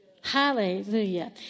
Hallelujah